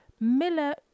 Miller